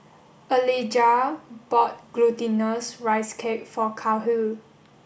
Elijah bought glutinous rice cake for Kahlil